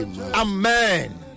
amen